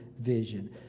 vision